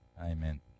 Amen